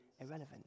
irrelevant